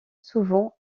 souvent